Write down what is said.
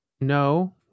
no